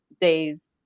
days